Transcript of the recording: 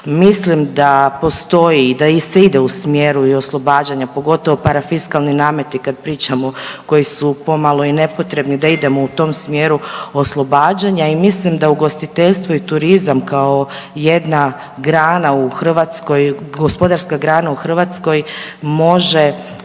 Mislim da postoji i da se ide u smjeru i oslobađanja pogotovo parafiskalni nameti kada pričamo koji su pomalo i nepotrebni da idemo u tom smjeru oslobađanja i mislim da ugostiteljstvo i turizam kao jedna grana u Hrvatskoj, gospodarska grana u Hrvatskoj može